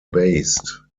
based